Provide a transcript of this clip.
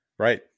Right